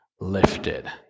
Lifted